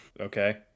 Okay